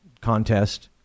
contest